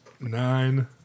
Nine